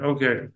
Okay